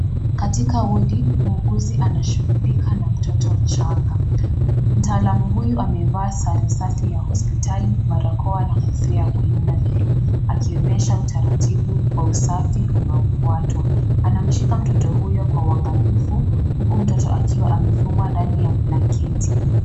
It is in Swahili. Katika wodi, muuguzi anashughulika na mtoto mchanga. Mtaalamu huyu amevaa sare safi ya hospitali, barakoa na kofia ya kulinda nywele akionyesha utaratibu wa usafi unaofuatwa. Anamshika mtoto huyo kwa uangalifu huku mtoto akiwa amefungwa ndani ya blanketi.